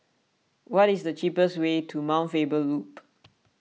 what is the cheapest way to Mount Faber Loop